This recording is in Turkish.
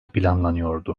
planlanıyor